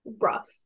rough